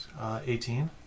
18